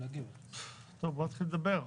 טוב, בואו נתחיל לדבר.